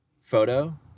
photo